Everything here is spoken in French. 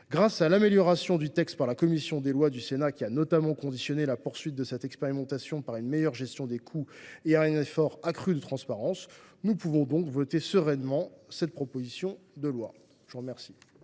Grâce à l’amélioration du texte par la commission des lois du Sénat, qui a notamment conditionné la poursuite de cette expérimentation à une meilleure gestion des coûts et à un effort accru de transparence, nous pouvons voter sereinement cette proposition de loi. La parole